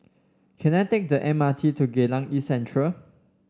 can I take the M R T to Geylang East Central